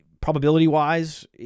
probability-wise